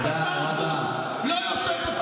אצלנו האהבה למדינה לא תלויה בדבר.